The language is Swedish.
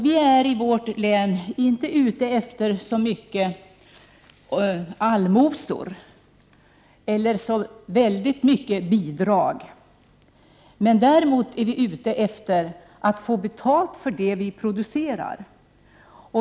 Vi är i vårt län inte så mycket ute efter allmosor eller bidrag, men däremot vill vi få betalt för det som vi producerar.